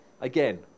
again